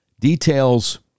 Details